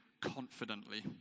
confidently